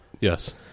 Yes